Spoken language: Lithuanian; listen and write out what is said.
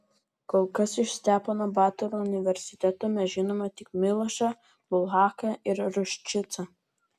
kol kas iš stepono batoro universiteto mes žinome tik milošą bulhaką ir ruščicą